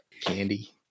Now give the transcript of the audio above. candy